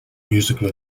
musical